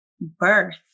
birth